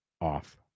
Off